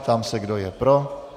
Ptám se, kdo je pro.